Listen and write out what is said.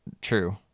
True